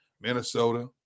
Minnesota